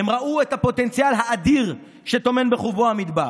הם ראו את הפוטנציאל האדיר שטומן בחובו המדבר.